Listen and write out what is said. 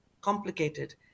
complicated